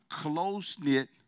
close-knit